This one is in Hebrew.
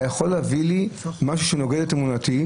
אתה יכול להביא לי משהו שנוגד את אמונתי?